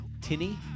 Tinny